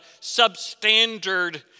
substandard